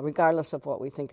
regardless of what we think